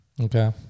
Okay